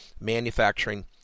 manufacturing